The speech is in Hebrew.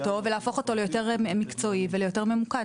ולהפוך אותו ליותר מקצועי וליותר ממוקד.